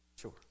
Sure